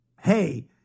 hey